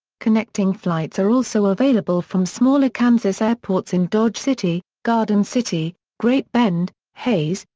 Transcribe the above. connecting flights are also available from smaller kansas airports in dodge city, garden city, great bend, hays,